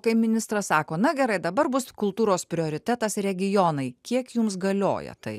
kai ministras sako na gerai dabar bus kultūros prioritetas regionai kiek jums galioja tai